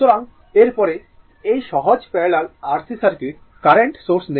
সুতরাং এর পরে এই সহজ parallel R C circuit current source নেয়